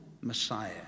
Messiah